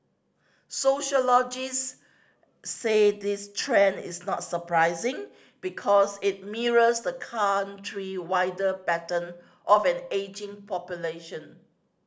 sociologists say this trend is not surprising because it mirrors the country wider pattern of an ageing population